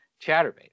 ChatterBait